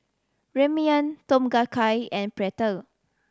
Ramyeon Tom Kha Gai and Pretzel